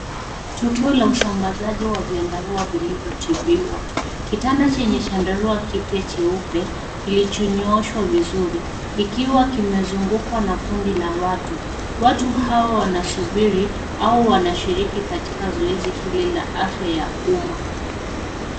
Tukio la usambazaji wa viandarua vilivyotinbiwa. Kitanda chenye chandarua kipya cheupe kilichonyooshwa vizuri kikiwa kimezungukwa na kundi la watu. Watu hao wanasubiri au wanasubiri katika zoezi hili la afya ya umma.